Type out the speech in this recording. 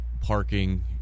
parking